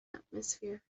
atmosphere